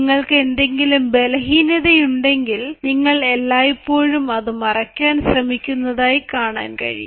നിങ്ങൾക്ക് എന്തെങ്കിലും ബലഹീനതയുണ്ടെങ്കിൽ നിങ്ങൾ എല്ലായ്പ്പോഴും അത് മറയ്ക്കാൻ ശ്രമിക്കുന്നതായി കാണാൻ കഴിയും